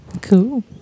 Cool